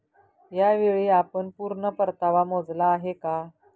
यावेळी आपण पूर्ण परतावा मोजला आहे का?